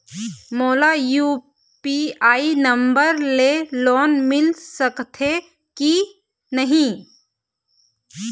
मोला UPI number ले loan मिल सकथे कि नहीं?